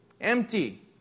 Empty